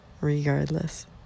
Regardless